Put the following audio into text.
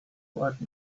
right